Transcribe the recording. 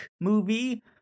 movie